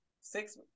six